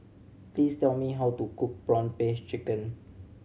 please tell me how to cook prawn paste chicken